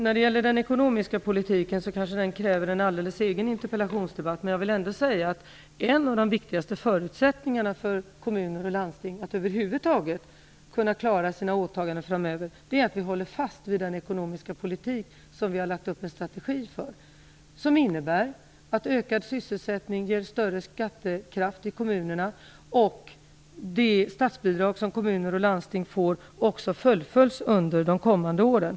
Fru talman! Den ekonomiska politiken kanske kräver en alldeles egen interpellationsdebatt. Men jag vill ändå säga att en av de viktigaste förutsättningarna för att kommuner och landsting över huvud taget skall kunna klara sina åtaganden framöver är att vi håller fast vid den ekonomiska politik som vi har lagt upp en strategi för. Den innebär att ökad sysselsättning ger större skattekraft i kommunerna och att utbetalningen av de statsbidrag som kommuner och landsting beviljats också fullföljs under de kommande åren.